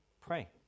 pray